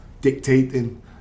dictating